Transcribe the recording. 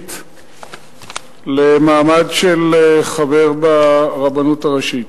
הראשית למעמד של חבר ברבנות הראשית.